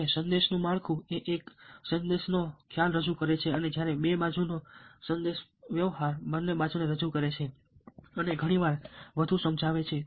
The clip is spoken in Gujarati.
હવે સંદેશનું માળખું એ એક સંદેશનો ફક્ત એક જ ખ્યાલ રજૂ કરે છે અને જ્યારે બે બાજુનો સંદેશાવ્યવહાર બંને બાજુઓને રજૂ કરે છે અને ઘણી વાર વધુ સમજાવે છે